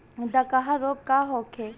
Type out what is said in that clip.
डकहा रोग का होखे?